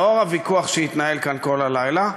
לאור הוויכוח שהתנהל כאן כל הלילה,